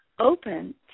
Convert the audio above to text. open